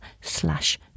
slash